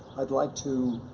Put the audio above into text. i'd like to